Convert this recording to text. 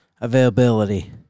availability